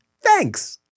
Thanks